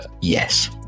Yes